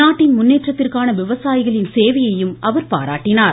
நாட்டின் முன்னேற்றத்திற்கான விவசாயிகளின் சேவையை பாராட்டினார்